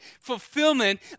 fulfillment